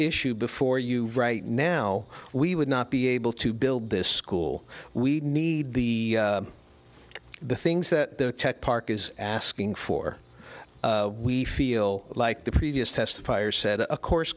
issue before you right now we would not be able to build this school we need the the things that the tech park is asking for we feel like the previous test fire said a course